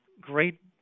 great